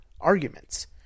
arguments